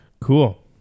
cool